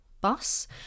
bus